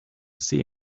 see